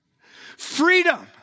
Freedom